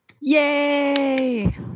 yay